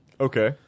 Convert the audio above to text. Okay